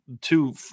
two